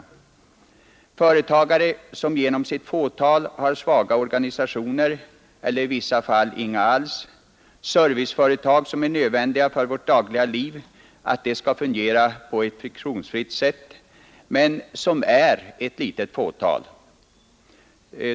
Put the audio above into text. Det är företagare som genom sitt fåtal har svaga organisationer eller i vissa fall inga alls, och det är serviceföretag som är nödvändiga för att vårt dagliga liv skall fungera på ett friktionsfritt sätt, men som är ett litet fåtal.